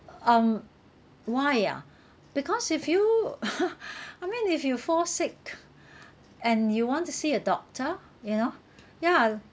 mm why ah because if you I mean if you fall sick and you want to see a doctor you know ya